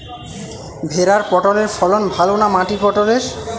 ভেরার পটলের ফলন ভালো না মাটির পটলের?